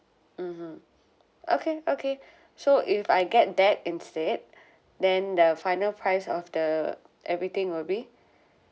mmhmm okay okay so if I get that instead then the final price of the everything will be